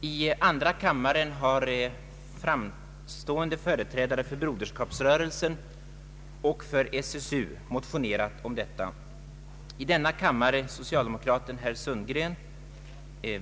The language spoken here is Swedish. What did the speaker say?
I andra kammaren har framstående företrädare för Broderskapsrörelsen och SSU motionerat i detta syfte och i denna kammare socialdemokraten herr Sundgren.